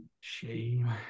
Shame